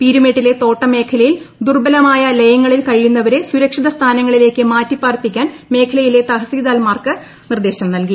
പീരുമേട്ടിലെ തോട്ടം മേഖലയിൽ ദുർബലമായ ലയങ്ങളിൽ കഴിയുന്നവരെ സുരക്ഷിതസ്ഥാനങ്ങളിലേക്ക് മാറ്റിപ്പാർപ്പിക്കാൻ മേഖലയിലെ തഹസീൽദാർമാർക്ക് നിർദ്ദേശം നൽകി